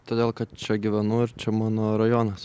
todėl kad čia gyvenu ir čia mano rajonas